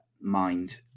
mind